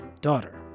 daughter